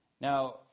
Now